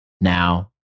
Now